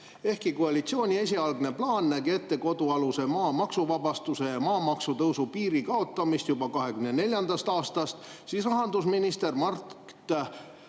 "Ehkki koalitsiooni esialgne plaan nägi ette kodualuse maa maksuvabastuse ja maamaksu tõusu piiri kaotamist juba 2024. aastast, siis rahandusminister Mart